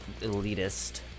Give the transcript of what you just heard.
elitist